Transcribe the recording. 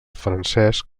francès